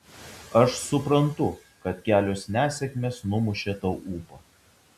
aš suprantu kad kelios nesėkmės numušė tau ūpą